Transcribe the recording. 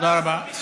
תודה רבה.